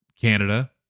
Canada